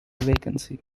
vacancy